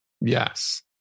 Yes